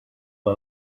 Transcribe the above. for